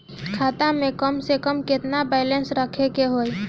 खाता में कम से कम केतना बैलेंस रखे के होईं?